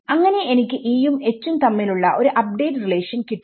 അങ്ങനെ എനിക്ക് E യും H ഉം തമ്മിലുള്ള ഒരു അപ്ഡേറ്റ് റിലേഷൻ കിട്ടും